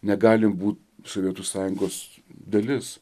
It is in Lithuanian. negalim būt sovietų sąjungos dalis